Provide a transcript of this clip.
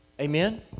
Amen